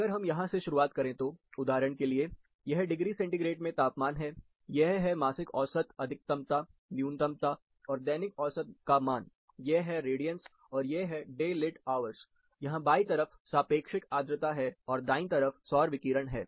अगर हम यहां से शुरुआत करें तो उदाहरण के लिए यह डिग्री सेंटीग्रेड में तापमान है यह है मासिक औसत अधिकतमता न्यूनतमता और दैनिक औसत का मान यह है रेडियंस और यह है डे लिट अवर्स यहां बाई तरफ सापेक्षिक आद्रता है और दाई तरफ सौर विकिरण है